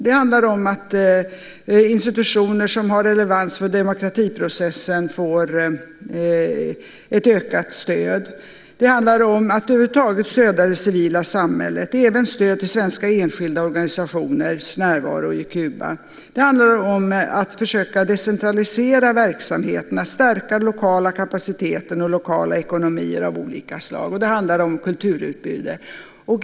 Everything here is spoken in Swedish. Det handlar om att institutioner som har relevans för demokratiprocessen får ett ökat stöd. Det handlar om att över huvud taget stödja det civila samhället och även om stöd till svenska enskilda organisationers närvaro i Kuba. Det handlar om att försöka decentralisera verksamheterna och stärka den lokala kapaciteten och lokala ekonomier av olika slag. Det handlar också om kulturutbudet.